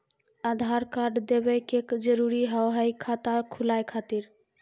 आधार कार्ड देवे के जरूरी हाव हई खाता खुलाए खातिर?